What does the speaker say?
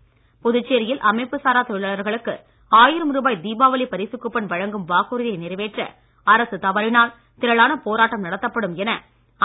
தொழிற்சங்கம் புதுச்சேரியில் அமைப்பு சாரா தொழிலாளர்களுக்கு ஆயிரம் ரூபாய் தீபாவளி பரிசுக் கூப்பன் வழங்கும் வாக்குறுதியை நிறைவேற்ற அரசு தவறினால் திரளான போராட்டம் நடத்தப்படும் என